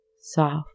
soft